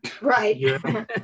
right